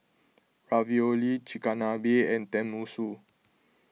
Ravioli Chigenabe and Tenmusu